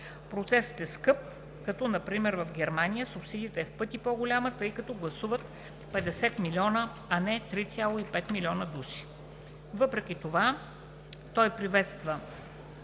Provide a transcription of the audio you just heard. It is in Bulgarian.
Процесът е скъп, като например в Германия субсидията е в пъти по-голяма, тъй като гласуват 50 милиона, а не 3,5 милиона души. Въпреки това приветстват